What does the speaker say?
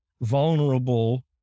vulnerable